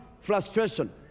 frustration